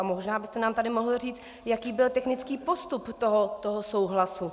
Možná byste nám tady mohl říci, jaký byl technický postup toho souhlasu.